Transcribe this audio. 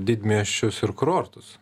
didmiesčius ir kurortus